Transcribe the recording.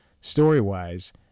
story-wise